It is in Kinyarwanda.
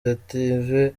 dative